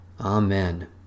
Amen